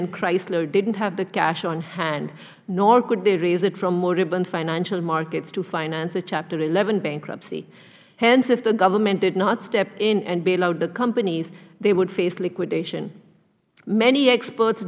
and chrysler didn't have the cash on hand nor could they raise it from moribund financial markets to finance a chapter eleven bankruptcy hence if the government did not step in and bail out the companies they would face liquidation many experts